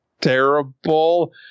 terrible